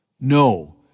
no